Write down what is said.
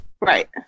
right